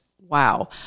wow